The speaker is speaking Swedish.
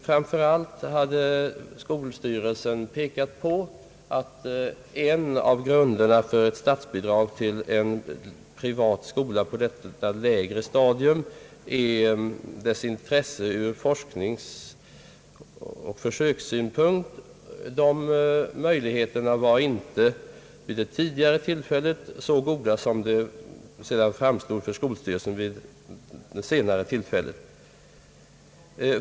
Framför allt pekade skolstyrelsen på att en av grunderna för statsbidrag till en privat skola på detta lägre stadium är dess intresse ur forskningsoch försökssynpunkt. De möjligheterna var vid det tidigare tillfället inte så goda som det framstod för skolstyrelsen vid det senare tillfället.